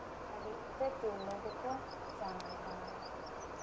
ᱟᱹᱰᱤ ᱩᱛᱟᱹᱨ ᱛᱤᱨᱞᱟᱹ ᱜᱮᱠᱚ ᱡᱟᱱᱟᱢ ᱠᱟᱱᱟ